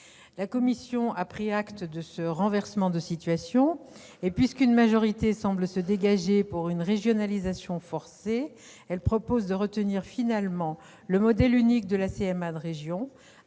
La commission a pris acte de ce renversement de situation et, puisqu'une majorité semble se dégager pour une régionalisation forcée, elle propose de retenir finalement le modèle unique de la CMA de région,